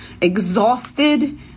exhausted